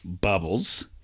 Bubbles